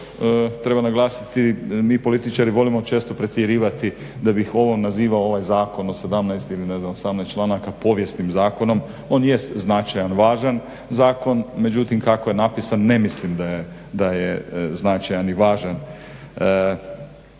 treba naglasiti, mi političari volimo često pretjerivati da bih ovo nazivao ovaj zakon od 17 ili 18 članaka povijesnim zakonom. On jest značajan, važan zakon, međutim kako je napisan ne mislim da je značajan i važan.